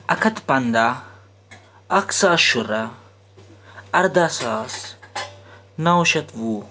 اَکھ ہَتھ پَنٛداہ اَکھ ساس شُراہ اَرداہ ساس نَو شَتھ وُہ